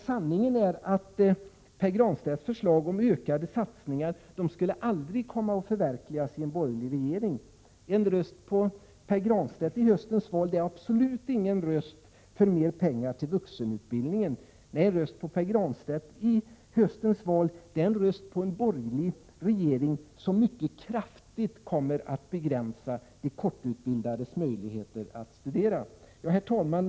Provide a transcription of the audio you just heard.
Sanningen är att Pär Granstedts förslag om ökade satsningar aldrig skulle komma att förverkligas i en borgerlig regering. En röst på Pär Granstedt i höstens val är absolut inte en röst för mer pengar till vuxenutbildningen. Nej, en röst på Pär Granstedt i höstens val är en röst på en borgerlig regering som mycket kraftigt kommer att begränsa de korttidsutbildades möjligheter att studera. Herr talman!